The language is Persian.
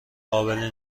قابلی